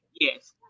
yes